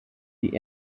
die